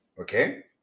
okay